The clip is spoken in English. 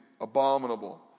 abominable